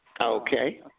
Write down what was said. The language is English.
Okay